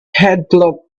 headcloth